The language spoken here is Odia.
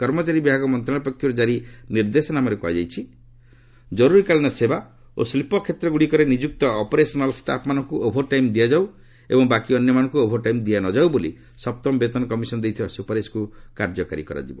କର୍ମଚାରୀ ବିଭାଗ ମନ୍ତ୍ରଣାଳୟ ପକ୍ଷରୁ କାରି ନିର୍ଦ୍ଦେଶାନାମାରେ କୁହାଯାଇଛି ଜରୁରିକାଳୀନ ସେବା ଓ ଶିଳ୍ପକ୍ଷେତ୍ରଗୁଡ଼ିକରେ ନିଯୁକ୍ତ ଅପରେସନାଲ୍ ଷ୍ଟାଫ୍ମାନଙ୍କୁ ଓଭରଟାଇମ୍ ଦିଆଯାଉ ଏବଂ ବାକି ଅନ୍ୟମାନଙ୍କୁ ଓଭରଟାଇମ୍ ଦିଆନଯାଉ ବୋଲି ସପ୍ତମ ବେତନ କମିଶନ ଦେଇଥିବା ସୁପାରିଶକୁ କାର୍ଯ୍ୟକାରୀ କରାଯାଉ